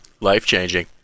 life-changing